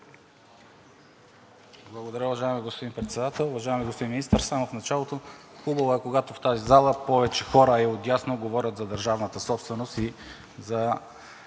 Благодаря, уважаеми господин Председател. Уважаеми господин Министър, само в началото – хубаво е, когато в тази зала повече хора и отдясно говорят за държавната собственост и за